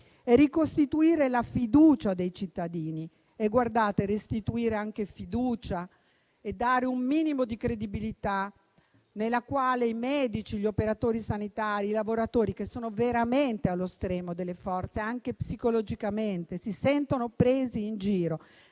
ricostituire la fiducia dei cittadini e restituire anche un minimo di credibilità. È una situazione nella quale i medici, gli operatori sanitari e i lavoratori, che sono veramente allo stremo delle forze, anche psicologicamente, si sentono presi in giro.